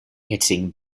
hitting